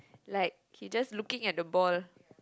like he just looking at the ball